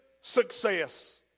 success